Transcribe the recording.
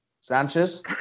Sanchez